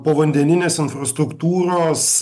povandeninės infrastruktūros